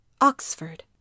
Oxford